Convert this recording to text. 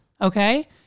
okay